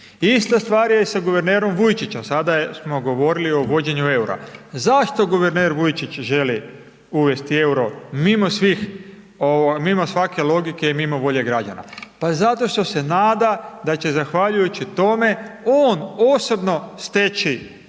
Ista stvar je i sa guvernerom Vujčićem, sada smo govorili o uvođenju EUR-a. Zašto guverner Vujčić želi uvesti EUR-o mimo svih, mimo svake logike i mimo volje građana? Pa zato što se nada da će zahvaljujući tome on osobno steći